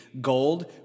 gold